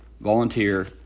volunteer